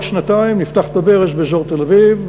בעוד שנתיים נפתח פה ברז באזור תל-אביב,